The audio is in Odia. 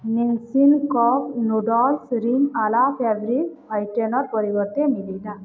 Nissin cup noodles Rin Ala fabric whitener ପରିବର୍ତ୍ତେ ମିଲିଲା